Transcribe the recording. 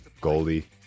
Goldie